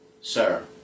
sir